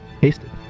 hasted